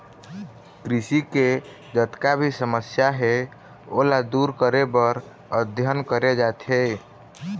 कृषि के जतका भी समस्या हे ओला दूर करे बर अध्ययन करे जाथे